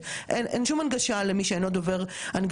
או עברית בשביל לבדוק את הנתונים האלה.